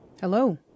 Hello